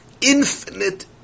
Infinite